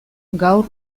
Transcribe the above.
gaur